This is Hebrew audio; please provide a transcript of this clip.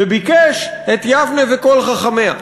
וביקש את יבנה וכל חכמיה.